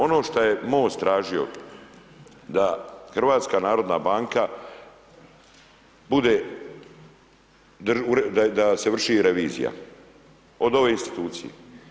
Ono što je MOST tražio da HNB bude, da se vrši revizija od ove institucije.